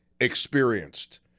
experienced